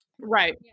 right